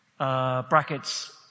Brackets